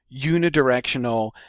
unidirectional